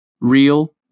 Real